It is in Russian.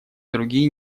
другие